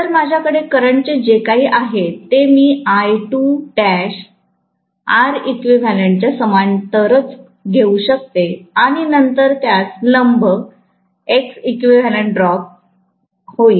तर माझ्याकडे करंटचे जे काही आहे ते मी Reqच्या समांतरच घेऊ शकतो आणि नंतर त्यास लंब Xeq ड्रॉप होईल